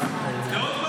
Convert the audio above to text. לפני שאתה יורד,